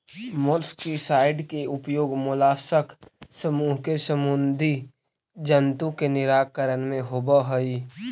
molluscicide के उपयोग mollusc समूह के समुदी जन्तु के निराकरण में होवऽ हई